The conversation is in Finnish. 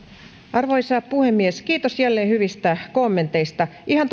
arvoisa puhemies kiitos jälleen hyvistä kommenteista ihan